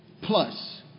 plus